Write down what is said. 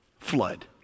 flood